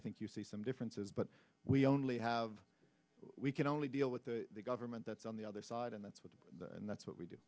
think you see some differences but we only have we can only deal with the government that's on the other side and that's what and that's what we do